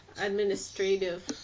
administrative